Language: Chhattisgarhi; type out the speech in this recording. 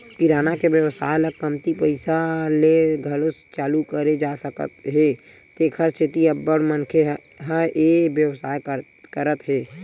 किराना के बेवसाय ल कमती पइसा ले घलो चालू करे जा सकत हे तेखर सेती अब्बड़ मनखे ह ए बेवसाय करत हे